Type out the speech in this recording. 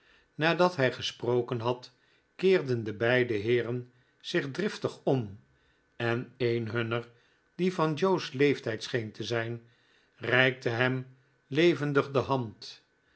nadat hij gesproken had keerden de beide heeren zich driftig om en een hunner die van joe's leeftijd scheen te zijn reikte hem levendig de hand